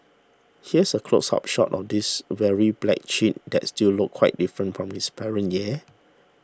here's a close up shot of this weary black chick that still looked quite different from its parent yeah